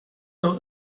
doch